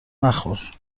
نخور